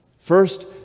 First